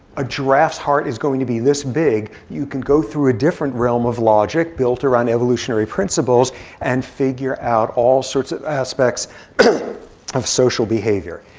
a giraffe's heart is going to be this big. you can go through a different realm of logic built around evolutionary principles and figure out all sorts of aspects of social behavior.